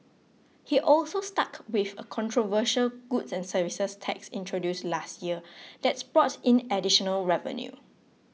he also stuck with a controversial goods and services tax introduced last year that's brought in additional revenue